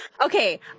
okay